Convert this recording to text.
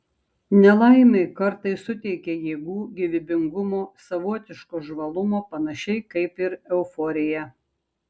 nelaimė kartais suteikia jėgų gyvybingumo savotiško žvalumo panašiai kaip ir euforija